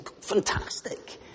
fantastic